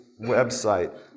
website